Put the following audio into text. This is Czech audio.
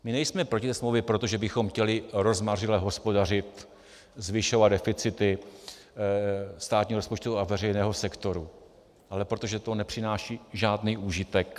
My nejsme proti té smlouvě proto, že bychom chtěli rozmařile hospodařit, zvyšovat deficity státního rozpočtu a veřejného sektoru, ale proto, že to nepřináší žádný užitek.